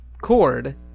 cord